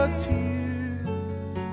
tears